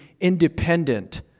independent